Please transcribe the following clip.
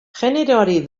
generoari